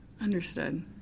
Understood